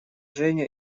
женю